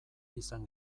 izan